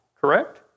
correct